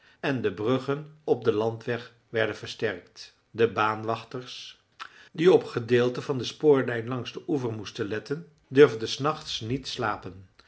en de bruggen op den landweg werden versterkt de baanwachters die op gedeelten van de spoorlijn langs den oever moesten letten durfden s nachts niet slapen